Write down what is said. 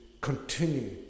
continue